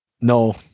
No